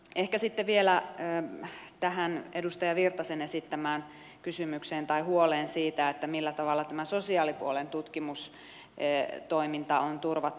ehkä sitten vielä tähän edustaja virtasen esittämään huoleen siitä millä tavalla tämä sosiaalipuolen tutkimustoiminta on turvattu